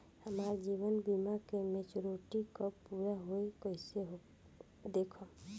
हमार जीवन बीमा के मेचीयोरिटी कब पूरा होई कईसे देखम्?